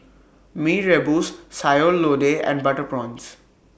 Mee Rebus Sayur Lodeh and Butter Prawns